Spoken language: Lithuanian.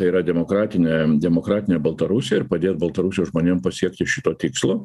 tai yra demokratinę demokratinę baltarusiją ir padėt baltarusijos žmonėm pasiekti šito tikslo